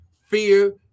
fear